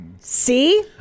See